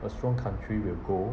a strong country will go